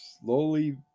slowly